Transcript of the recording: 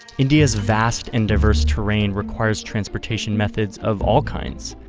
india's vast and diverse terrain requires transportation methods of all kinds,